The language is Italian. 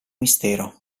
mistero